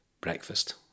breakfast